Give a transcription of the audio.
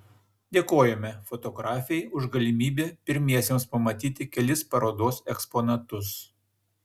dėkojame fotografei už galimybę pirmiesiems pamatyti kelis parodos eksponatus